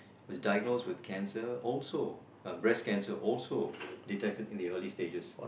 was diagnosed with cancer also breast cancer also detected in the early stages